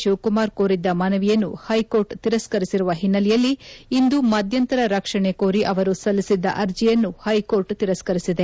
ಶಿವಕುಮಾರ್ ಕೋರಿದ್ದ ಮನವಿಯನ್ನು ಹೈಕೋರ್ಟ್ ತಿರಸ್ಕರಿಸಿರುವ ಹಿನ್ನೆಲೆಯಲ್ಲಿ ಇಂದು ಮಧ್ಯಂತರ ರಕ್ಷಣೆ ಕೋರಿ ಅವರು ಸಲ್ಲಿಸಿದ್ದ ಅರ್ಜಿಯನ್ನು ಹೈಕೋರ್ಟ್ ತಿರಸ್ಕರಿಸಿದೆ